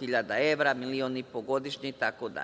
hiljada evra, milion i po godišnje itd.